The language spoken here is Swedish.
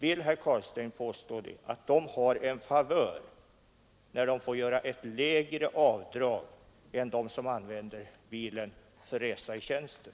Är det en favör att få göra ett lägre avdrag än de som använder bilen för resa i tjänsten?